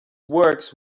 works